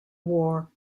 war